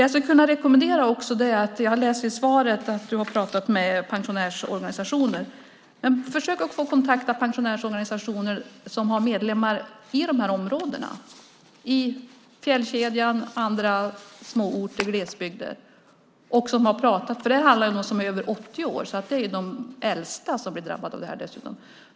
Jag läser i svaret att du har pratat med pensionärsorganisationer, men försök att kontakta pensionärsorganisationer som har medlemmar i de här områdena, i fjällkedjan, andra småorter i glesbygder, för det handlar om människor som är över 80 år. Det är alltså de äldsta som blir drabbade av det här dessutom.